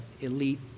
elite